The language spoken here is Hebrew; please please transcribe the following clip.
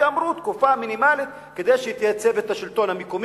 כי אמרו: תקופה מינימלית כדי שהיא תייצב את השלטון המקומי,